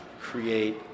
create